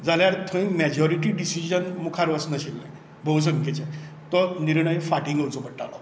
जाल्यार थंय majority decision मुखार वचनासलें भोवसंखेचें तो निर्णय फाटी घेवचो पडटालो